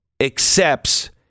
Accepts